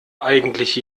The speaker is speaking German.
eigentlich